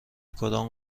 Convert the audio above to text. کدام